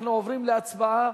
אנחנו עוברים להצבעה